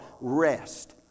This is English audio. rest